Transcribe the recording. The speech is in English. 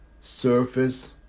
surface